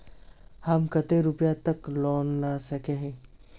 हम कते रुपया तक लोन ला सके हिये?